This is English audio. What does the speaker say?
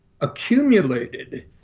accumulated